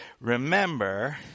remember